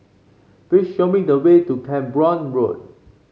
please show me the way to Camborne Road